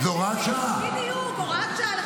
זו הוראת שעה.